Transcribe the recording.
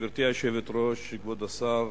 גברתי היושבת-ראש, כבוד השר,